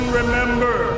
remember